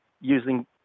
using